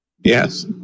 Yes